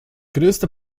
größte